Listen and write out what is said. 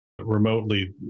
remotely